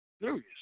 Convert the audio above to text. serious